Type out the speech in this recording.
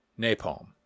napalm